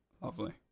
Lovely